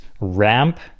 ramp